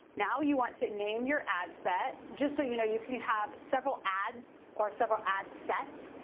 now you want to name your ad set. just so you know, you can have several ads, or several ad sets,